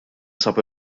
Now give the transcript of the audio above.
sab